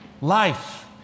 life